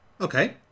Okay